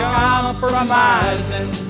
compromising